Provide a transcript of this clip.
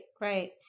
right